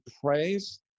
praise